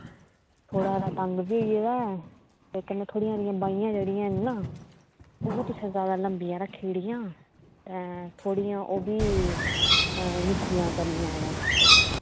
थोह्ड़ा हारा तंग बी होई आवै कन्नै थोह्ड़ी हारियां बाहियां जेह्ड़ियां ना ओह्बी तुसें जादै लंबियां रक्खी ओड़ियां न थोह्ड़ियां ओह्बी निक्कियां करनियां न